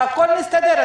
והכול מסתדר.